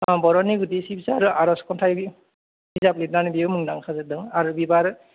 बर'नि गुदि सिबसा आरो आर'ज खन्थाय बिजाब लिरनानै बे मुंदांखा जादों आरो बिबार